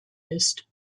ist